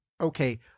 okay